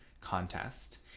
contest